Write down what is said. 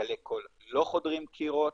גלי קול לא חודרים קירות.